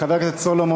חבר הכנסת סולומון.